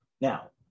Now